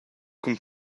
cun